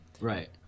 Right